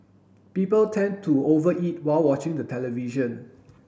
people tend to over eat while watching the television